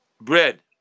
bread